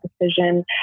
decision